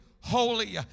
holy